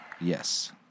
Yes